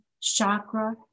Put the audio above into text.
chakra